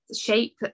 shape